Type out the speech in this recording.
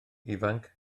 ifanc